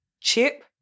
Chip